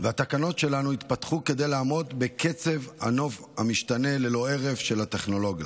שלנו יתפתחו כדי לעמוד בקצב הנוף המשתנה ללא הרף של הטכנולוגיה.